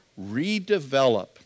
redevelop